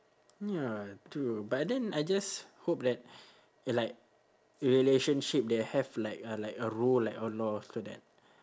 ya true but then I just hope that uh like relationship they have like a like a role like a law after that